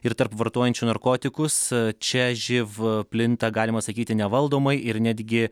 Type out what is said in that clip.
ir tarp vartojančių narkotikus čia živ plinta galima sakyti nevaldomai ir netgi